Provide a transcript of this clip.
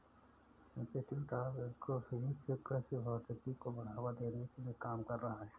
institute of agro physics कृषि भौतिकी को बढ़ावा देने के लिए काम कर रहा है